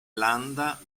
landa